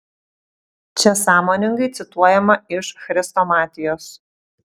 čia sąmoningai cituojama iš chrestomatijos